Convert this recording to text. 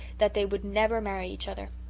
that they would never marry each other.